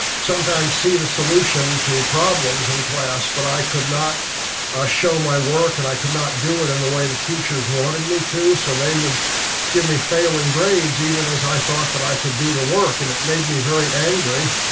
sometimes see the solution to problems in class, but i could not ah show my work and i could not do it in the way the teachers wanted me to, so they would give me failing grades even as i thought i could do the work and it made me very angry,